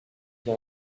via